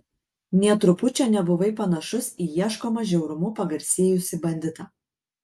nė trupučio nebuvai panašus į ieškomą žiaurumu pagarsėjusį banditą